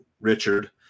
Richard